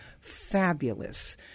fabulous